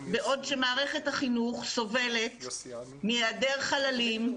בעוד שמערכת החינוך סובלת מהיעדר חללים,